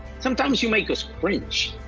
sometimes you make us cringe.